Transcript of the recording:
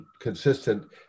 consistent